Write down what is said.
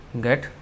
get